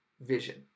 vision